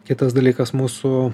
kitas dalykas mūsų